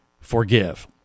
forgive